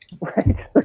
Right